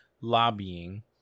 lobbying